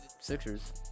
Sixers